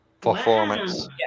Performance